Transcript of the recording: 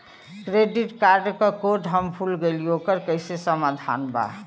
Credit card क code हम भूल गइली ओकर कोई समाधान बा?